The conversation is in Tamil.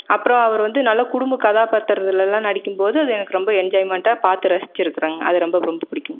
அப்புறம் அவரு வந்து நல்லா குடும்ப கதாப்பாத்திரத்துலலாம் நடிக்கும் போது அது எனக்கு ரொம்ப என்ஜாய்மென்ட்டாக பார்த்து ரசிச்சுருக்கன் அது ரொம்ப பிடிக்கும்